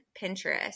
Pinterest